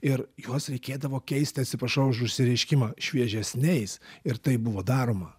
ir juos reikėdavo keisti atsiprašau už išsireiškimą šviežesniais ir tai buvo daroma